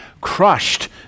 crushed